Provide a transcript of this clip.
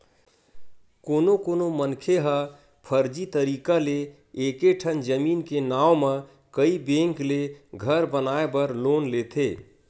कोनो कोनो मनखे ह फरजी तरीका ले एके ठन जमीन के नांव म कइ बेंक ले घर बनाए बर लोन लेथे